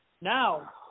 Now